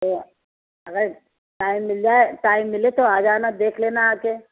تو اگر ٹائم مل جائے ٹائم ملے تو آ جانا دیکھ لینا آ کے